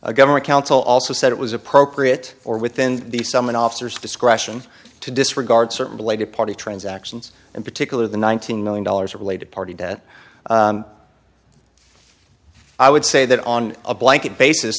a government counsel also said it was appropriate or within the someone officers discretion to disregard certain related party transactions in particular the nineteen million dollars related party debt i would say that on a blanket basis